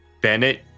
Bennett